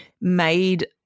made